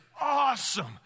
awesome